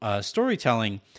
storytelling